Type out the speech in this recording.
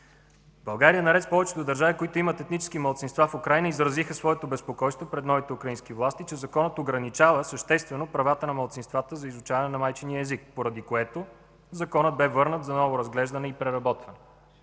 България, наред с повечето държави, които имат етнически малцинства в Украйна, изрази своето безпокойство пред новите украински власти, че Законът ограничава съществено правата на малцинствата за изучаване на майчиния език, поради което Законът бе върнат за ново разглеждане и преработване.